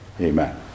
Amen